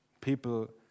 people